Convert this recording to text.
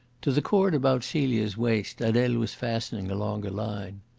to the cord about celia's waist adele was fastening a longer line.